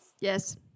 Yes